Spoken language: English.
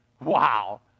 Wow